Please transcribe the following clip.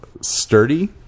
Sturdy